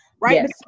Right